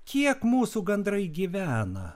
kiek mūsų gandrai gyvena